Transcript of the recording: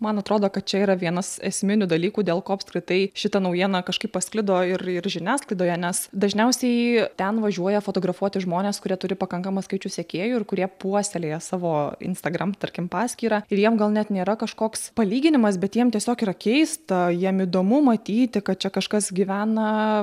man atrodo kad čia yra vienas esminių dalykų dėl ko apskritai šita naujiena kažkaip pasklido ir ir žiniasklaidoje nes dažniausiai ten važiuoja fotografuoti žmonės kurie turi pakankamą skaičių sekėjų ir kurie puoselėja savo instagram tarkim paskyrą ir jiem gal net nėra kažkoks palyginimas bet jiem tiesiog yra keista jiem įdomu matyti kad čia kažkas gyvena